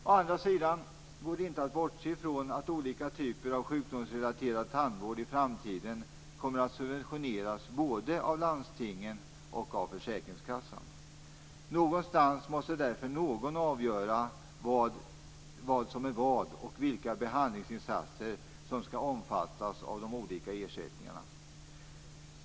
Å andra sidan går det inte att bortse från att olika typer av sjukdomsrelaterad tandvård i framtiden kommer att subventioneras både av landstingen och av försäkringskassan. Någonstans måste därför någon avgöra vad som är vad och vilka behandlingsinsatser som skall omfattas av de olika ersättningarna.